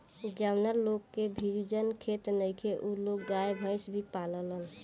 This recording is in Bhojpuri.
जावना लोग के भिजुन खेत नइखे उ लोग गाय, भइस के पालेलन